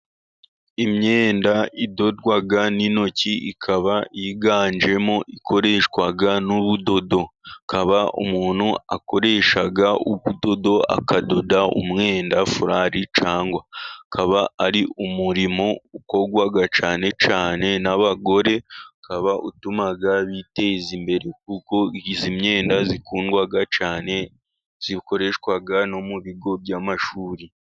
Imyenda idodwa n'intoki ikaba yiganjemo ikoreshwa n'ubudodo, akaba umuntu akoresha ubudodo akadoda umwenda, furari cyangwa akaba ari umurimo ukorwa cyane cyane n'abagore. Ukaba utuma biteza imbere kuko iyi myenda ikundwa cyane ikoreshwa no mu bigo by'amashuri.